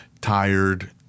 tired